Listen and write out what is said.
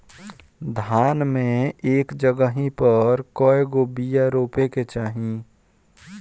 धान मे एक जगही पर कएगो बिया रोपे के चाही?